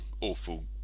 awful